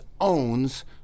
owns